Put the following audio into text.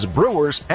Brewers